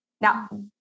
Now